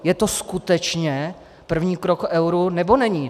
Je to skutečně první krok k euru, nebo není?